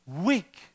weak